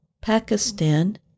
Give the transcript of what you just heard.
Pakistan